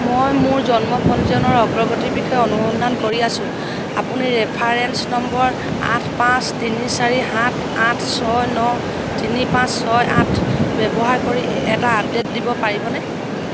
মই মোৰ জন্ম পঞ্জীয়নৰ অগ্ৰগতিৰ বিষয়ে অনুসন্ধান কৰি আছোঁ আপুনি ৰেফাৰেন্স নম্বৰ আঠ পাঁচ তিনি চাৰি সাত আঠ ছয় ন তিনি পাঁচ ছয় আঠ ব্যৱহাৰ কৰি এটা আপডেট দিব পাৰিবনে